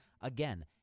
Again